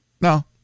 No